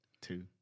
two